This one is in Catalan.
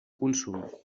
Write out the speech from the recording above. consum